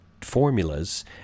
formulas